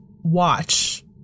watch